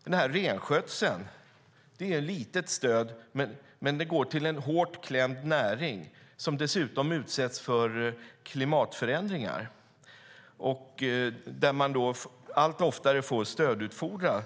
Stödet till renskötseln är litet, men det går till en hårt klämd näring som dessutom utsätts för klimatförändringar. De får allt oftare stödutfordra